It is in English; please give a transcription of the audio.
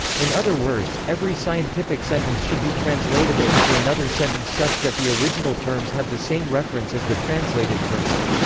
in other words, every scientific sentence should be translatable into another sentence such that the original terms have the same reference as the translated terms.